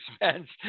expense